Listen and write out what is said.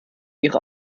ihre